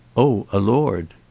oh, a lord.